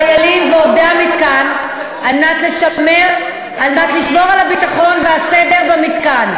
חיילים ועובדי המתקן על מנת לשמור על הביטחון והסדר במתקן,